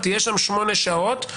שיהיה שם שמונה שעות,